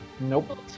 Nope